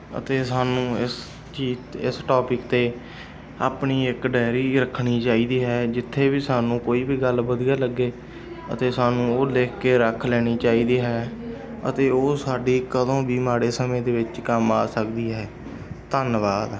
ਅਤੇ ਸਾਨੂੰ ਇਸ ਚੀਜ਼ ਇਸ ਟੋਪਿਕ 'ਤੇ ਆਪਣੀ ਇੱਕ ਡਾਇਰੀ ਰੱਖਣੀ ਚਾਹੀਦੀ ਹੈ ਜਿੱਥੇ ਵੀ ਸਾਨੂੰ ਕੋਈ ਵੀ ਗੱਲ ਵਧੀਆ ਲੱਗੇ ਅਤੇ ਸਾਨੂੰ ਉਹ ਲਿਖ ਕੇ ਰੱਖ ਲੈਣੀ ਚਾਹੀਦੀ ਹੈ ਅਤੇ ਉਹ ਸਾਡੀ ਕਦੋਂ ਵੀ ਮਾੜੇ ਸਮੇਂ ਦੇ ਵਿੱਚ ਕੰਮ ਆ ਸਕਦੀ ਹੈ ਧੰਨਵਾਦ